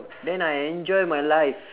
then I enjoy my life